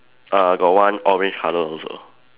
uh got one orange colour also